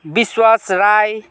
विश्वास राई